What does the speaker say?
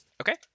okay